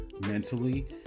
mentally